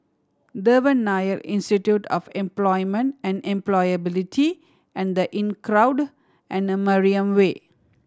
Devan Nair Institute of Employment and Employability and The Inncrowd and Mariam Way